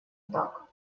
так